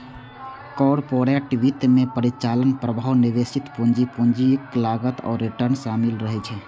corporate वित्त मे परिचालन प्रवाह, निवेशित पूंजी, पूंजीक लागत आ रिटर्न शामिल रहै छै